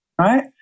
right